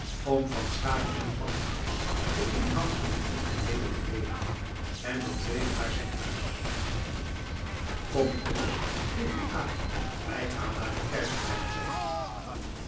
om van schaeck en van der morsch den inhoud van het briefke mede te deelen en de tweede naar zijn huis kom gonda kleed u aan wij gaan naar de kerk had hij gezegd